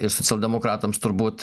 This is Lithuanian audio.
ir socialdemokratams turbūt